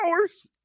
hours